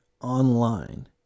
online